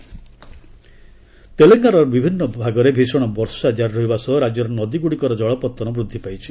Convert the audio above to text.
rain Telangana ତେଲେଙ୍ଗାନାର ବିଭିନ୍ନ ଭାଗରେ ଭୀଷଣ ବର୍ଷା କାରି ରହିବାସହ ରାଜ୍ୟର ନଦୀଗୁଡ଼ିକର ଜଳପତ୍ତନ ବୃଦ୍ଧି ପାଇଛି